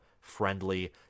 friendly